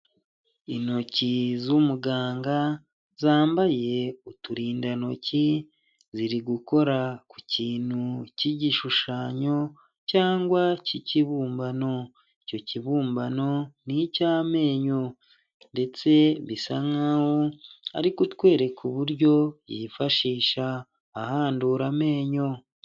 Intoki z'umuganga zambaye uturindantoki ziri gukora ku kintu cy'igishushanyo cyangwa cy'ikibumbano, icyo kibumbano n'icy'amenyo ndetse bisa nkaho ariko kutwereka uburyo yifashisha ahandura amenyo.